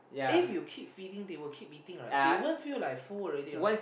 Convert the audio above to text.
if you keep feeding they will keep eating right they won't feel like full already right